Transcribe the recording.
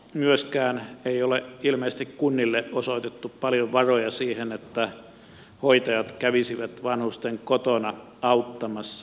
myöskään ei ilmeisesti ole kunnille osoitettu paljon varoja siihen että hoitajat kävisivät vanhusten kotona auttamassa